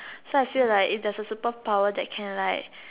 so I feel like if there's a superpower that can like